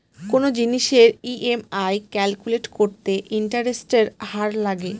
কোনো জিনিসের EMI calculate করতে ইন্টারেস্টের হার লাগে